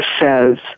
says